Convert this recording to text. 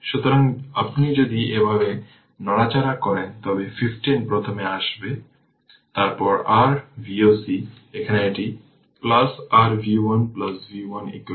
সুতরাং আপনি যদি এভাবে নড়াচড়া করেন তবে 12 প্রথমে আসছে তারপর r V o c এখানে এটি r v 1 v 1 0